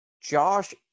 Josh